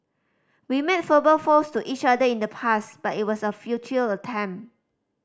we made fowls to each other in the past but it was a future attempt